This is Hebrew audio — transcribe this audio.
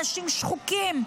אנשים שחוקים.